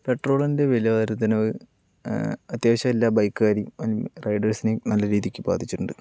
പെട്രോളിൻ്റെ വില വർദ്ധനവ് അത്യാവശ്യം എല്ലാ ബൈക്കുകാരേയും റൈഡേഴ്സിനേയും നല്ല രീതിക്ക് ബാധിച്ചിട്ടുണ്ട്